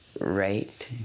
right